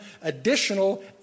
additional